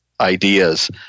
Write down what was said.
ideas